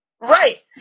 Right